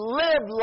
live